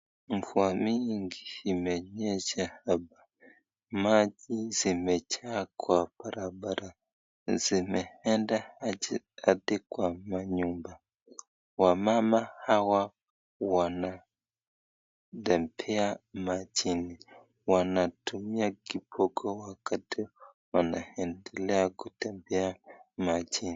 Mvua nyingi imenyesha hapa, majii imejaa kwa barabara imeenda hadi kwa nyumba, wamama hawa wanatembea majini wanatumia kiboko wakati wanaendelea kutembea majini.